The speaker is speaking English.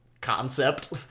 concept